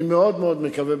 אני מאוד מאוד מקווה,